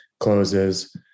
closes